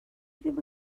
ddim